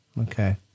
okay